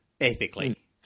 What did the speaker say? ethically